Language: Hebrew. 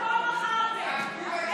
הכול מכרתם.